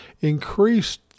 increased